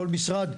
כל משרד,